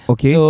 Okay